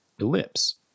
ellipse